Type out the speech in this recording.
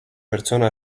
pertsona